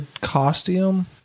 costume